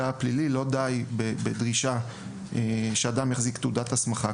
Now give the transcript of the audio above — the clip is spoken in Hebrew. הפלילי לא די בדרישה שאדם יחזיק תעודת הסמכה,